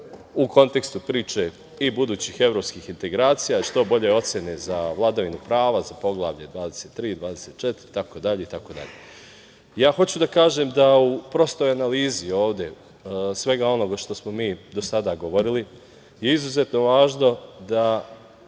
u kontekstu priče i budućih evropskih integracija i što bolje ocene za vladavinu prava, za Poglavlje 23, 24, itd, itd. Hoću da kažem da u prostoj analizi ovde svega onoga što smo mi do sada govorili je izuzetno važno da